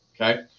Okay